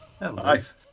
Nice